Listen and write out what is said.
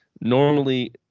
Normally